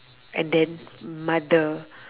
and then mother